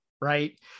right